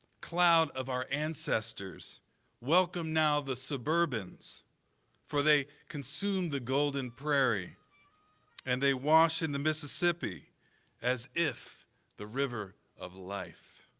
cloud of our ancestors welcome now the suburbans for they consume the golden prairie and they wash in the mississippi as if the river of life.